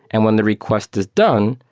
and when the request is done,